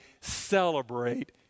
celebrate